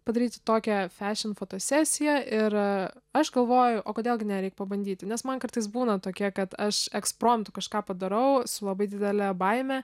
padaryti tokią fašin fotosesiją ir aš galvoju o kodėl gi ne reik pabandyti nes man kartais būna tokie kad aš ekspromtu kažką padarau su labai didele baime